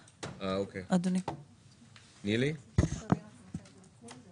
כל התקנות מתייחסות ל-40 קילומטר ולא ל-80 קילומטר,